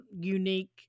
unique